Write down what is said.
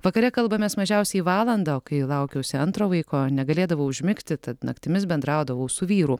vakare kalbamės mažiausiai valandą o kai laukiausi antro vaiko negalėdavau užmigti tad naktimis bendraudavau su vyru